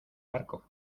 barco